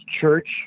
Church